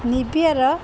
ନିଭିଆର